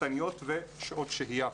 פרטניות ושעות שהייה.